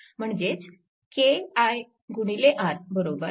म्हणजेच R kv